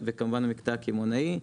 וכמובן המקטע הקמעונאי.